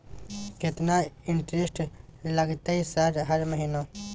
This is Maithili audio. केतना इंटेरेस्ट लगतै सर हर महीना?